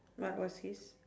what was his